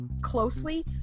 closely